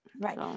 right